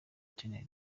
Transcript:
kigali